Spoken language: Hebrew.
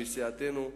שהוא מסיעתנו,